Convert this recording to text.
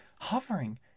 hovering